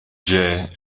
gie